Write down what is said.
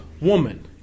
woman